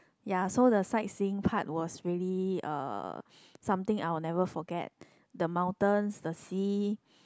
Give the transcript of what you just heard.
ya so the sightseeing part was really uh something I will never forget the mountains the sea